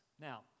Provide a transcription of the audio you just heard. Now